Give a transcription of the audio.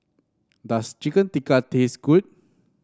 does Chicken Tikka taste good